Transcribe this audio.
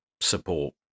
support